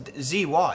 ZY